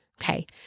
Okay